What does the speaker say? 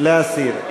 להסיר.